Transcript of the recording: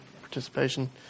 participation